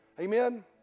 Amen